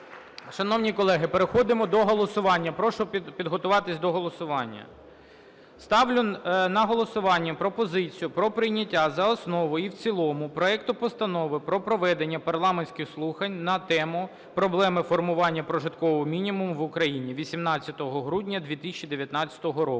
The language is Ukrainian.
Шановні колеги, переходимо до голосування. Прошу підготуватися до голосування. Ставлю на голосування пропозицію про прийняття за основу і в цілому проекту Постанови про проведення парламентських слухань на тему: "Проблеми формування прожиткового мінімуму в Україні" (18 грудня 2019 року)